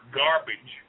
garbage